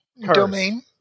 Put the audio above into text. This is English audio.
domain